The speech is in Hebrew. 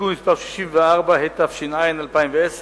התש"ע 2010,